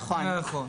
נכון.